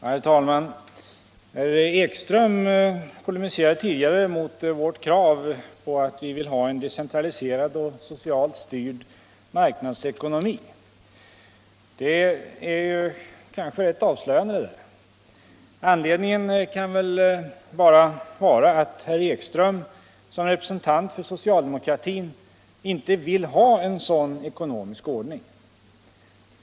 Herr talman! Herr Ekström polemiserade tidigare mot vårt krav på en decentraliserad och socialt styrd marknadsekonomi. Det var kanske rätt avslöjande. Anledningen kan väl bara ha varit att herr Ekström som representant för socialdemokratin inte vill ha en sådan ekonomisk ordning.